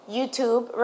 YouTube